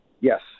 yes